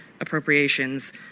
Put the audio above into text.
appropriations